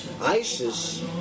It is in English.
ISIS